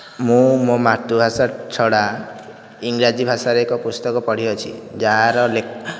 ମୁଁ ମୋ ମାତୃଭାଷା ଛଡ଼ା ଇଂରାଜୀ ଭାଷାରେ ଏକ ପୁସ୍ତକ ପଢ଼ି ଅଛି ଯାହାର ଲେଖା